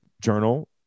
journal